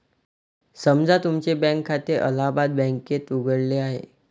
समजा तुमचे बँक खाते अलाहाबाद बँकेत उघडले आहे